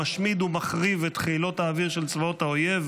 המשמיד ומחריב את חילות האוויר של צבאות האויב,